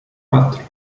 quatro